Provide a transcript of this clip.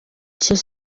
kintu